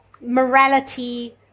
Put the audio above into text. morality